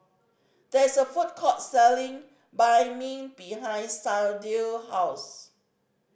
there is a food court selling Banh Mi behind Sharde house